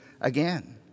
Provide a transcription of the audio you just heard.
again